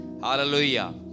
hallelujah